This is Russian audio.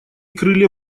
крылья